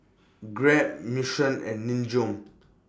Grab Mission and Nin Jiom